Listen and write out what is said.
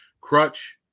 Crutch